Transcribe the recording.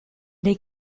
dei